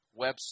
website